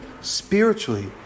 spiritually